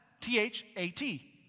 T-H-A-T